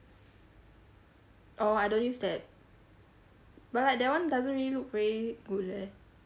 orh I don't use that but like that [one] doesn't really look really good leh